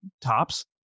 tops